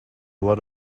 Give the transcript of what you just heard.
lot